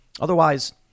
Otherwise